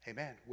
Amen